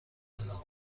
دارم